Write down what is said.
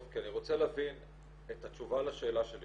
אני רוצה להבין את התשובה לשאלה שלי.